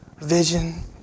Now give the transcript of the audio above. vision